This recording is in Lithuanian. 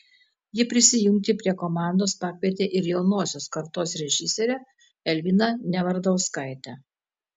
ji prisijungti prie komandos pakvietė ir jaunosios kartos režisierę elviną nevardauskaitę